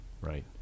Right